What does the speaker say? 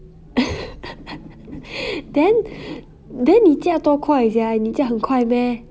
then then 你驾多快 sia 你驾很快 meh